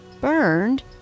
Burned